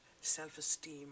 self-esteem